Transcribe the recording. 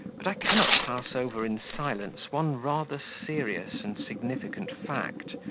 but i cannot pass over in silence one rather serious and significant fact,